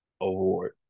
Award